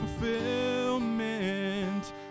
fulfillment